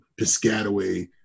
Piscataway